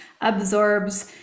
absorbs